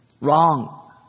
Wrong